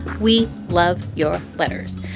we love your letters.